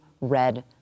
red